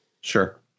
sure